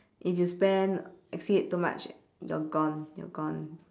if you spend exceed too much you're gone you're gone